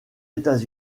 états